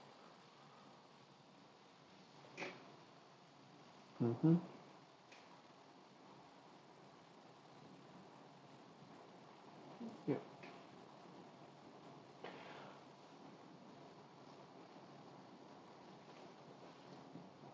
mmhmm yup